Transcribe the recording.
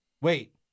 Wait